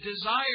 desire